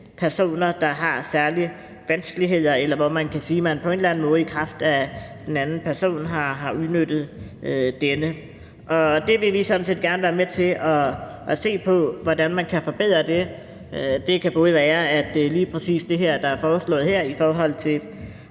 personer, der har særlige vanskeligheder, eller hvor man kan sige, at nogen på en eller anden måde i kraft af den anden person har udnyttet denne, og vi vil sådan set gerne være med til at se på, hvordan man kan forbedre det. Det kan både være, at det lige præcis er det, der er foreslået her, i forhold til